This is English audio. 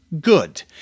good